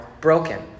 broken